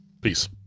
Peace